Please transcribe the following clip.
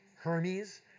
Hermes